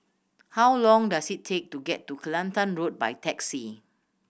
how long does it take to get to Kelantan Road by taxi